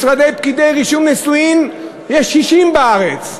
משרדי פקידי רישום נישואין, יש 60 בארץ.